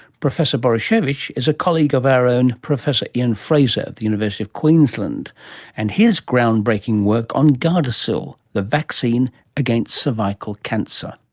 professor borysiewicz is a colleague of our own professor ian frazer at the university of queensland and his ground-breaking work on the gardasil, the vaccine against cervical cancer.